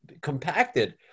compacted